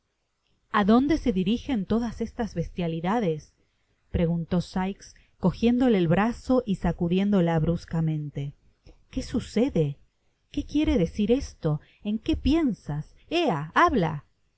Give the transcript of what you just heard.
dónde se dirijen todas estas bestialidades pregunto sikes cojiéudole el brazo y sacudiéndola bruscamente qué sucede qué quiere decir esto en qué piensas ea habla